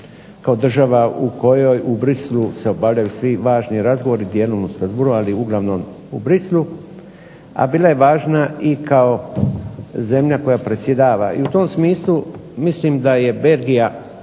kao država u kojoj u Bruxellesu se obavljaju svi važni razgovori, dijelom u Strasbourgu, ali uglavnom u Bruxellesu, a bila je važna i kao zemlja koja predsjedava. I u tom smislu mislim da je Belgija